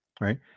right